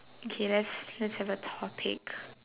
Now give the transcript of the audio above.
okay let's let's have a topic